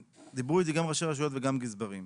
דיברו איתי גם ראשי רשויות וגם גזברים,